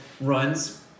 runs